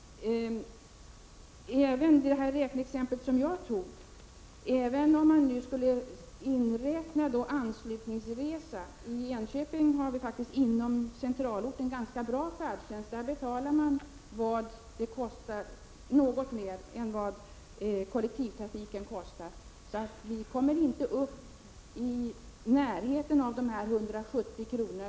I Enköping har vi inom centralorten en ganska bra färdtjänst. Där betalar man något mer än vad kollektivtrafiken kostar. Vi kommer därför i alla fall inte upp ens i närheten av dessa 170 kr.